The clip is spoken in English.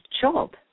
job